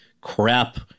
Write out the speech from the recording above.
crap